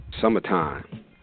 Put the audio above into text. summertime